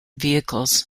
vehicles